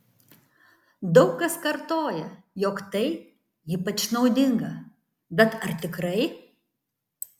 daug kas kartoja jog tai ypač naudinga bet ar tikrai